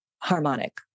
harmonic